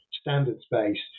standards-based